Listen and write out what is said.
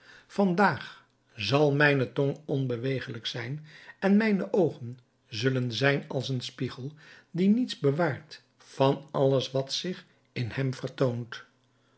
daag zal mijne tong onbewegelijk zijn en mijne oogen zullen zijn als een spiegel die niets bewaart van alles wat zich in hem vertoont